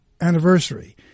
anniversary